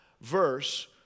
verse